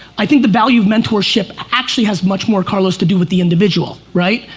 i think the value of mentorship actually has much more, carlos, to do with the individual, right.